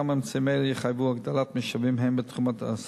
גם אמצעים אלה יחייבו הגדלת המשאבים הן בתחום